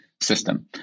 system